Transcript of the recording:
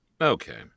Okay